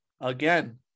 Again